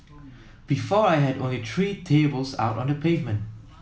before I had only three tables out on the pavement